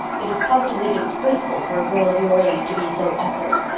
it is positively disgraceful for a girl of your age to be so awkward.